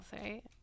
right